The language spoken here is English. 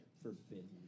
Forbidden